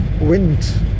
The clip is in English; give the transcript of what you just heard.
wind